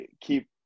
keep